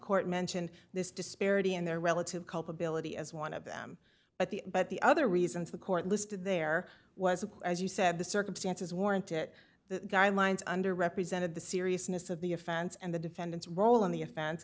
court mentioned this disparity in their relative culpability as one of them but the but the other reasons the court listed there was a as you said the circumstances warrant it the guidelines under represented the seriousness of the offense and the defendant's role in the